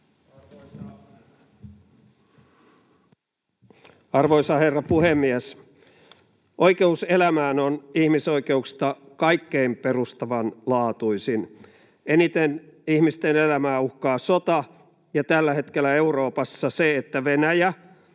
Arvoisa herra puhemies! Oikeus elämään on ihmisoikeuksista kaikkein perustavanlaatuisin. Eniten ihmisten elämää uhkaavat sota ja tällä hetkellä Euroopassa se, että Venäjä